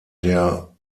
der